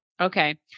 Okay